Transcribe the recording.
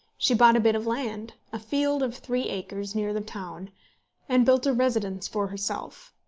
she bought a bit of land a field of three acres near the town and built a residence for herself.